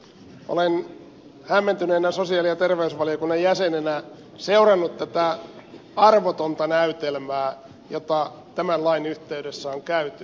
olen hämmentyneenä sosiaali ja terveysvaliokunnan jäsenenä seurannut tätä arvotonta näytelmää jota tämän lain yhteydessä on käyty